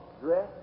dress